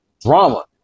drama